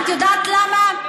את יודעת למה?